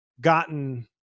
gotten